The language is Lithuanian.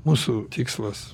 mūsų tikslas